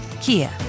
Kia